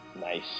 Nice